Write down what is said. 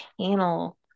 panel